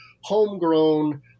homegrown